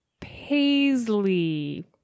Paisley